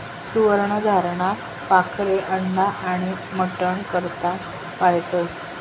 सुवर्ण धाराना पाखरे अंडा आनी मटन करता पायतस